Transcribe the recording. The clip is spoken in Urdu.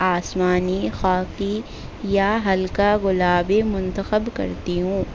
آسمانی خاکی یا ہلکا گلابی منتخب کرتی ہوں